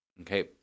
Okay